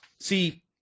See